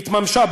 התממשה,